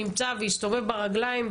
נמצא והסתובב ברגליים,